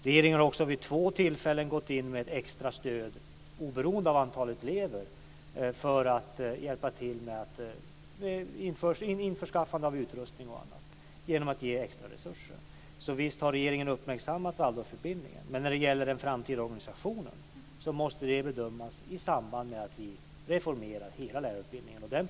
Regeringen har också vid två tillfällen gått in med extra stöd oberoende av antalet elever för att hjälpa till med bl.a. införskaffande av utrustning. Så visst har regeringen uppmärksammat Waldorfutbildningen. Men den framtida organisationen måste bedömas i samband med att vi reformerar hela lärarutbildningen.